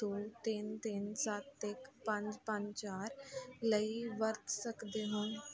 ਦੋ ਤਿੰਨ ਤਿੰਨ ਸੱਤ ਇੱਕ ਪੰਜ ਪੰਜ ਚਾਰ ਲਈ ਵਰਤ ਸਕਦੇ ਹੋ